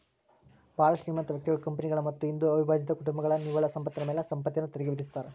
ಭಾಳ್ ಶ್ರೇಮಂತ ವ್ಯಕ್ತಿಗಳ ಕಂಪನಿಗಳ ಮತ್ತ ಹಿಂದೂ ಅವಿಭಜಿತ ಕುಟುಂಬಗಳ ನಿವ್ವಳ ಸಂಪತ್ತಿನ ಮ್ಯಾಲೆ ಸಂಪತ್ತಿನ ತೆರಿಗಿ ವಿಧಿಸ್ತಾರಾ